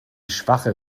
schwache